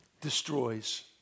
destroys